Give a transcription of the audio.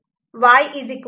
Y A